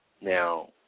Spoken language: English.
Now